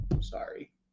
Sorry